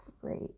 great